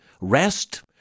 rest